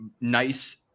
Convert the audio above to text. nice